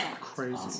crazy